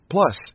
Plus